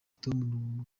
tom